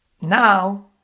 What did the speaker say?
Now